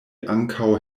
ankaŭ